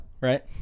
Right